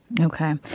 Okay